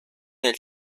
nel